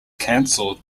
canceled